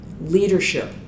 leadership